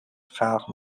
خلق